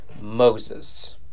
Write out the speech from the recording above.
Moses